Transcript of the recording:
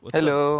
Hello